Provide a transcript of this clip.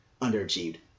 underachieved